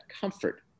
comfort